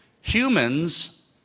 Humans